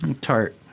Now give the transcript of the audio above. Tart